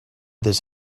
this